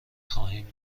خواهیم